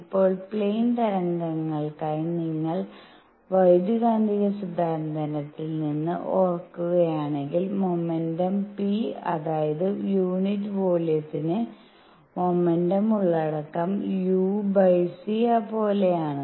ഇപ്പോൾ പ്ലെയിൻ തരംഗങ്ങൾക്കായി നിങ്ങൾ വൈദ്യുതകാന്തിക സിദ്ധാന്തത്തിൽ നിന്ന് ഓർക്കുകയാണെങ്കിൽ മൊമെന്റം p അതായത് യൂണിറ്റ് വോളിയത്തിന് മൊമെന്റം ഉള്ളടക്കം u c പോലെയാണ്